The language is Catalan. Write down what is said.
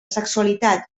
sexualitat